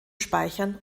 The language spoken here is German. speichern